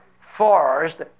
forced